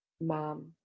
mom